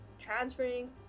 transferring